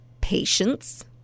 patience